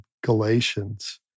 Galatians